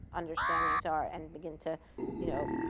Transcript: understandings are and begin to you know